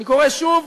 אני קורא שוב: